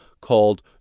called